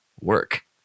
work